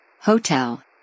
Hotel